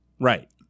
Right